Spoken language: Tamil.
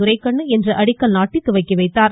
துரைக்கண்ணு இன்று அடிக்கல் நாட்டி துவக்கி வைத்தார்